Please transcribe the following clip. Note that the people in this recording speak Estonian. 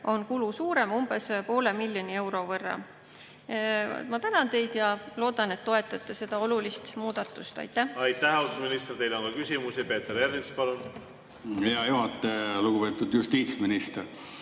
on kulu suurem umbes poole miljoni euro võrra. Ma tänan teid ja loodan, et toetate seda olulist muudatust. Aitäh! Aitäh, austatud minister! Teile on ka küsimusi. Peeter Ernits, palun! Aitäh, austatud minister!